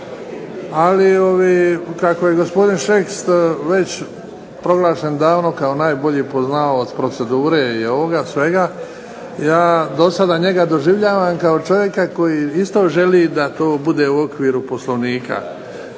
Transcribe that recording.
Ali kako je gospodin Šeks proglašen davno kao najbolji poznavao procedure i svega ja do sada njega doživljavam kao čovjeka koji isto želi da to bude u okviru POslovnika.